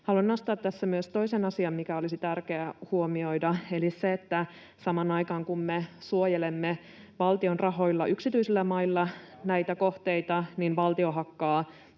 Haluan nostaa tässä myös toisen asian, mikä olisi tärkeää huomioida, eli sen, että samaan aikaan, kun me suojelemme valtion rahoilla yksityisillä mailla näitä kohteita, [Mauri Peltokankaan